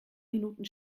minuten